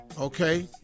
okay